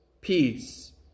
Peace